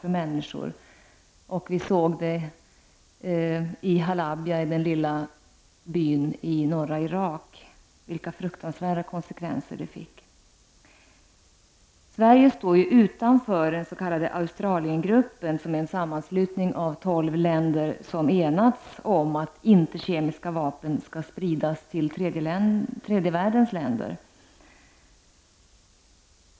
Vi såg i den lilla byn Halabja i norra Irak hur fruktansvärda konsekvenserna kan bli. Sverige står utanför den s.k. Australiengruppen, som är en sammanslutning av tolv länder som har enats om att kemiska vapen inte skall spridas till tredje världens länder.